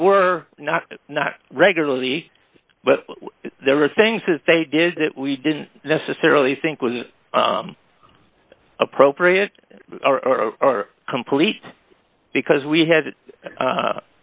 we were not not regularly but there are things that they did it we didn't necessarily think was appropriate or of complete because we had